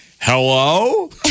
Hello